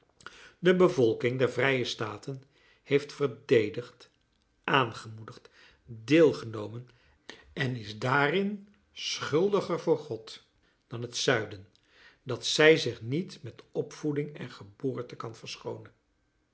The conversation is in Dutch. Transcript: de bevolking der vrije staten heeft verdedigd aangemoedigd deelgenomen en is dààrin schuldiger voor god dan het zuiden dat zij zich niet met opvoeding en geboorte kan verschoonen